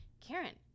Karen